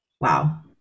wow